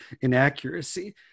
inaccuracy